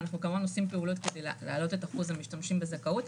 וכמובן אנחנו עושים פעולות להעלות את אחוז המשתמשים בזכאות,